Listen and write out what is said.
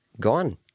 gone